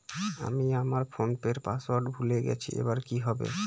আমি আমার ফোনপের পাসওয়ার্ড ভুলে গেছি এবার কি হবে?